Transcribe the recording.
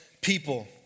people